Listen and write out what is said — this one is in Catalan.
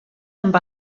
amb